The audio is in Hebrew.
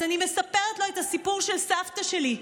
אז אני מספרת לו את הסיפור של סבתא שלי,